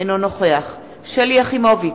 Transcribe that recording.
אינו נוכח שלי יחימוביץ,